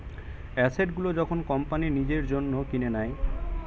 asset গুলো যখন company নিজের জন্য কিনে নেয়